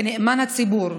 כנאמן הציבור,